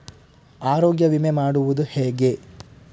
ಆರೋಗ್ಯ ವಿಮೆ ಮಾಡುವುದು ಹೇಗೆ?